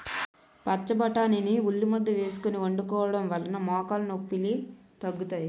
పచ్చబొటాని ని ఉల్లిముద్ద వేసుకొని వండుకోవడం వలన మోకాలు నొప్పిలు తగ్గుతాయి